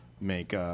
make